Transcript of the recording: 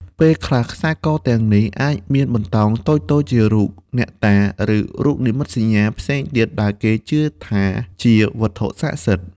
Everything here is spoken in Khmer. ពេលខ្លះ ខ្សែកទាំងនេះអាចមានបន្តោងតូចៗជារូបអ្នកតា ឬរូបនិមិត្តសញ្ញាផ្សេងទៀតដែលគេជឿថាជាវត្ថុស័ក្តិសិទ្ធិ។